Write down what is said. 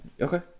okay